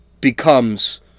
becomes